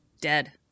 dead